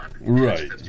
Right